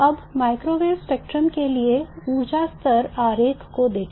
अब microwave spectrum के लिए ऊर्जा स्तर आरेख को देखें